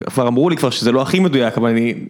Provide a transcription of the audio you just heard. כבר אמרו לי כבר שזה לא הכי מדויק אבל אני...